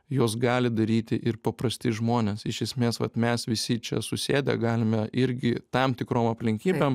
juos gali daryti ir paprasti žmonės iš esmės vat mes visi čia susėdę galime irgi tam tikrom aplinkybėm